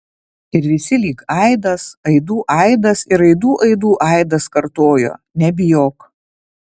ir visi lyg aidas aidų aidas ir aidų aidų aidas kartojo nebijok